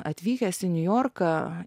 atvykęs į niujorką